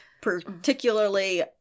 particularly